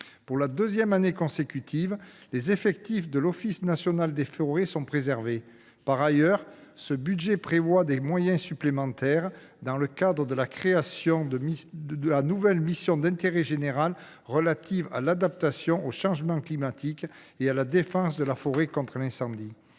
Pour la deuxième année consécutive, les effectifs de l’Office national des forêts sont préservés. Par ailleurs, le présent budget engage des moyens supplémentaires dans le cadre de la création de la nouvelle mission d’intérêt général relative à l’adaptation au changement climatique et à la défense de la forêt contre l’incendie.